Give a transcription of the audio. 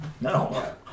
No